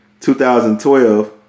2012